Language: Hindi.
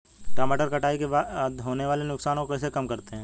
टमाटर कटाई के बाद होने वाले नुकसान को कैसे कम करते हैं?